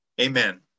Amen